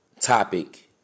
topic